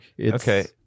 Okay